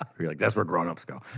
um we're like, that's where grown-ups go.